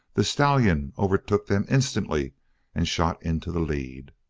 the stallion overtook them instantly and shot into the lead.